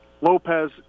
Lopez